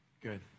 Good